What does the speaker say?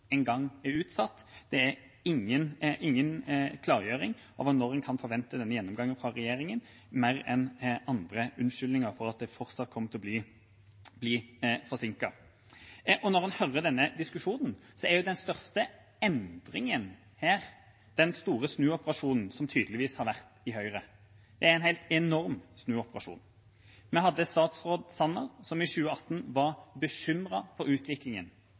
er utsatt. Det er ingen klargjøring av når man kan forvente denne gjennomgangen fra regjeringa, bare andre unnskyldninger for at det fortsatt kommer til å bli forsinket. Og når man hører denne diskusjonen, er den største endringen her den store snuoperasjonen som tydeligvis har vært i Høyre – det er en helt enorm snuoperasjon. Daværende kunnskapsminister Sanner var i 2018 bekymret for utviklingen.